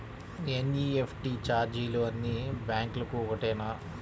NEFT ఛార్జీలు అన్నీ బ్యాంక్లకూ ఒకటేనా?